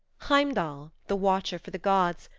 heimdall, the watcher for the gods,